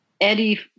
Eddie